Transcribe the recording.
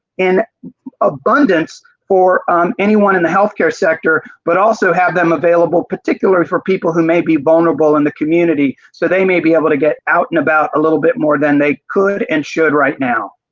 in abundance for um anyone in the healthcare sector but also have them available particular for people who may be vulnerable in the community. so they may be able to get out and about a little bit more than they could and should right now.